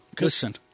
listen